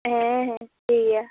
ᱦᱮᱸ ᱦᱮᱸ ᱴᱷᱤᱠ ᱜᱮᱭᱟ